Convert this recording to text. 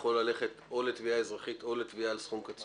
יכול ללכת או לתביעה אזרחית או לתביעה על סכום קצוב?